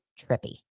trippy